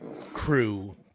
crew